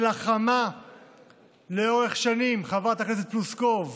שלחמה לאורך השנים, חברת הכנסת פלוסקוב,